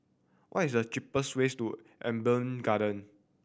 what is the cheapest ways to Amber Garden